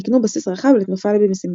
הקנו בסיס רחב לתנופה במשימותיו.